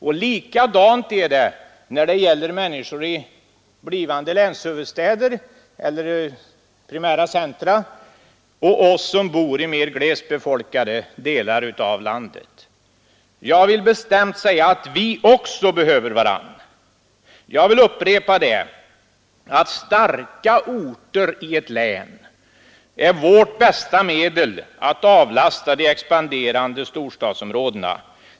Och också de människor som bor i blivande länshuvudstäder eller primära centra och de som bor i mer glest befolkade delar av länen behöver varandra, Jag upprepar att starka orter i ett län är vårt bästa medel att avlasta de expanderande storstadsområdena.